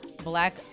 black